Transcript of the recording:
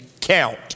count